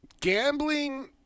Gambling